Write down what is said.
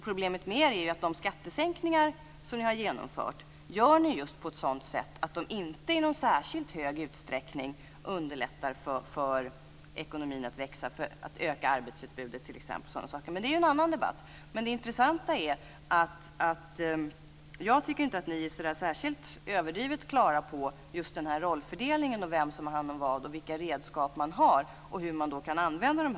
Problemet med Vänsterpartiet är att era skattesänkningar görs på ett sådant sätt att de inte i särskilt stor utsträckning underlättar för ekonomin att växa, t.ex. för att öka arbetsutbudet. Jag tycker inte att ni i Vänsterpartiet är så överdrivet klara över just rollfördelningen: vem som har hand om vad, vilka redskap man har och hur man kan använda dem.